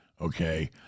okay